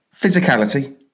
Physicality